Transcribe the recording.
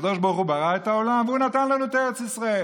הקדוש ברוך הוא ברא את העולם ונתן לנו את ארץ ישראל.